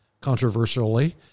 controversially